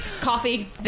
Coffee